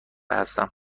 هستم